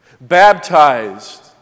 baptized